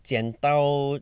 剪刀